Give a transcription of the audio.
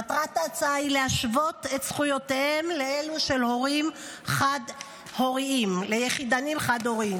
מטרת ההצעה היא להשוות את זכויותיהם לאלו של הורים יחידניים חד-הוריים,